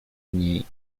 niej